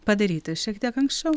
padaryti šiek tiek anksčiau